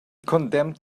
condemned